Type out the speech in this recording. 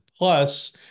Plus